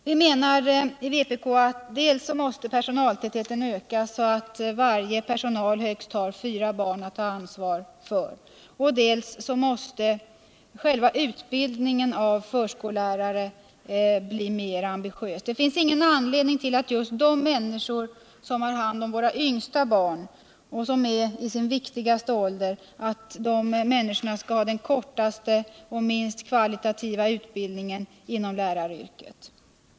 Enligt vpk:s uppfattning måste dels personaltätheten öka så att varje förskollärare har högst fyra barn att ta ansvar för, dels själva 123 utbildningen av förskollärare bli mer ambitiös. Det finns ingen anledning till att Just de människor som har hand om våra yngsta barn, som är i sin viktigaste ålder, skall ha den kortaste och minst kvalitativa utbildningen inom läraryrket.